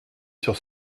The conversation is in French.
sur